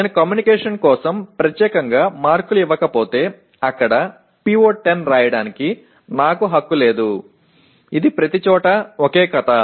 నేను కమ్యూనికేషన్ కోసం ప్రత్యేకంగా మార్కులు ఇవ్వకపోతే అక్కడ PO10 రాయడానికి నాకు హక్కు లేదు ఇది ప్రతిచోటా ఒకే కథ